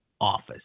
office